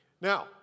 Now